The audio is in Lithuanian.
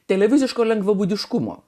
televizinio lengvabūdiškumo